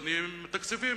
תקציב,